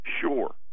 sure